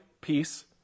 peace